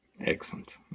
Excellent